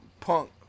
punk